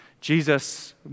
Jesus